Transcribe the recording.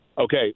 okay